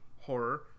horror